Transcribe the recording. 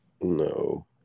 No